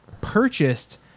purchased